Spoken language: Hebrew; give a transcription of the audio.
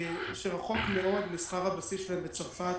שרחוק מאוד משכר הבסיס שלהם בצרפת,